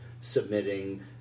submitting